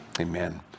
amen